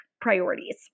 priorities